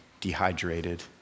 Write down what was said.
dehydrated